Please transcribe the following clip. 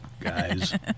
guys